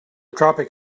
tropic